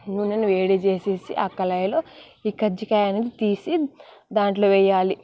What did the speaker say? నూనెను వేడి చేసేసి ఆ కళాయిలో ఈ కజ్జికాయ అనేది తీసి దాంట్లో వేయాలి